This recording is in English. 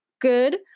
good